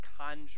conjure